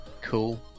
Cool